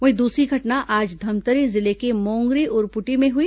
वहीं दूसरी घटना आज धमतरी जिले के मोंगरी उरपुटी में हुई